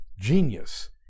Genius